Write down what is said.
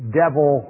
devil